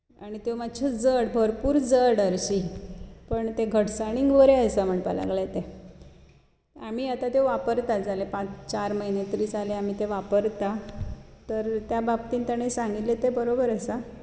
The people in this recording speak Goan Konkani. आनी त्यो मातश्यो जड भरपूर जड हरशीं पूण ते घट्टसाणेक बऱ्यो आसात म्हणपा लागले ते आमी आतां त्यो वापरतात जाले चार पांच म्हयने तरी जाले आमी ते वापरता त्या बाबतींत तांणी सांगिल्लें तें बरोबर आसा